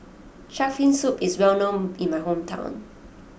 Shark's Fin Soup is well known in my hometown